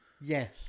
Yes